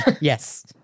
Yes